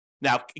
Now